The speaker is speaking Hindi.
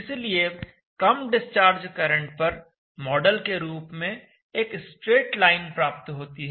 इसलिए कम डिस्चार्ज करंट पर मॉडल के रूप में एक स्ट्रेट लाइन प्राप्त होती है